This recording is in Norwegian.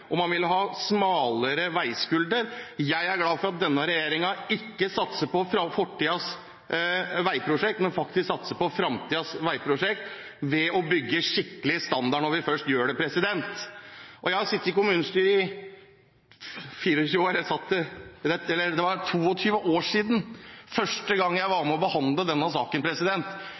får man en mer trafikksikker vei enn med den rød-grønne regjeringen, for de ville ha 100 km/t, og de ville ha smalere veiskulder. Jeg er glad for at denne regjeringen ikke satser på fortidens veiprosjekt, men faktisk satser på framtidens veiprosjekt ved å bygge skikkelig standard når man først gjør det. Jeg har sittet i kommunestyret i 24 år, det er 22 år siden første gang jeg var med på å behandle denne saken.